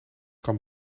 kan